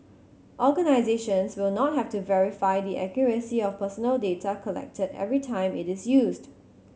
organisations will not have to verify the accuracy of personal data collected every time it is used